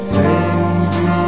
baby